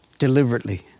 Deliberately